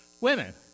women